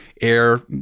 air